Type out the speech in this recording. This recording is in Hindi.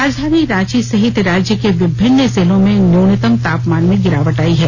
राजधानी रांची सहित राज्य के विभिन्न जिलों में न्यूनतम तापमान में गिरावट आयी है